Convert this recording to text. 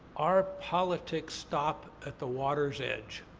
our politics stopped at the water's edge.